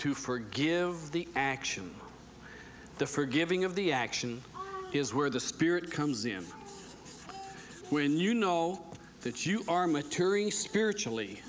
to forgive the action the forgiving of the action is where the spirit comes in when you know that you are maturing spiritually